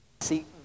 See